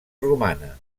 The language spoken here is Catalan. romana